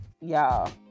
y'all